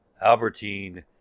Albertine